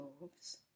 moves